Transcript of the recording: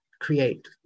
create